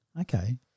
Okay